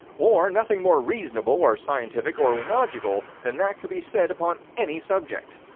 or nothing more reasonable or scientific or logical than that could be said upon any subject.